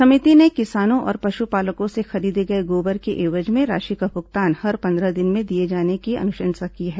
समिति ने किसानों और पशुपालकों से खरीदे गए गोबर के एवज में राशि का भुगतान हर पंद्रह दिन में किए जाने की भी अनुशंसा की है